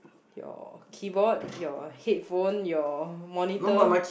your keyboard your headphone your monitor